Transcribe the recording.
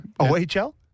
OHL